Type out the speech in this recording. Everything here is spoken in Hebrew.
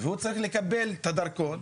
והוא צריך לקבל את הדרכון,